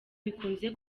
bikunze